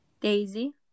Daisy